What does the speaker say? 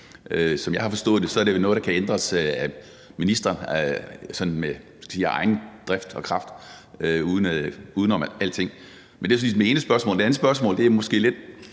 som jeg har forstået det, er det noget, der kan ændres, altså af ministeren af egen drift og kraft uden om alting? Det var det ene spørgsmål. Det andet spørgsmål er det,